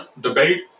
debate